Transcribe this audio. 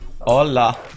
Hola